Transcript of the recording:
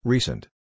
Recent